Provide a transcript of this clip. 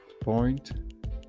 point